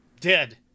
dead